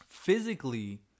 Physically